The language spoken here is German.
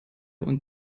und